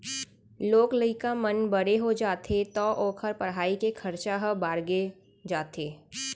लोग लइका मन बड़े हो जाथें तौ ओकर पढ़ाई के खरचा ह बाड़गे जाथे